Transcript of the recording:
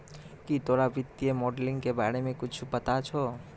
की तोरा वित्तीय मोडलिंग के बारे मे कुच्छ पता छौं